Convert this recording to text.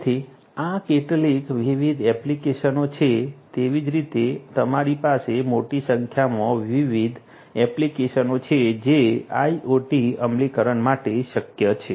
તેથી આ કેટલીક વિવિધ એપ્લિકેશનો છે તેવી જ રીતે તમારી પાસે મોટી સંખ્યામાં વિવિધ એપ્લિકેશનો છે જે IoT અમલીકરણ માટે શક્ય છે